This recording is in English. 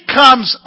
comes